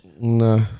No